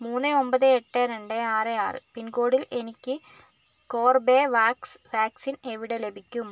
മൂന്ന് ഒൻപത് എട്ട് രണ്ട് ആറ് ആറ് പിൻകോഡിൽ എനിക്ക് കോർബെവാക്സ് വാക്സിൻ എവിടെ ലഭിക്കും